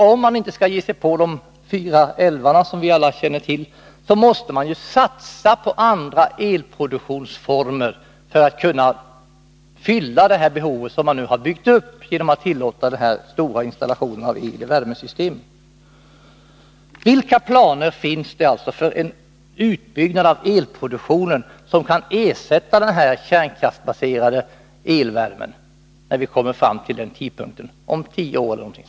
Om man inte skall ge sig på de fyra älvar som vi alla känner till, måste man satsa på andra elproduktionsformer för att kunna fylla det behov som nu har byggts upp genom att den omfattande installationen av el i värmesystemet har tillåtits. Vilka planer finns alltså för en utbyggnad av elproduktionen som kan ersätta den kärnkraftsbaserade elvärmen om tio år eller däromkring?